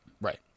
Right